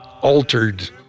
altered